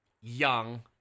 young